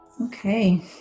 Okay